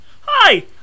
Hi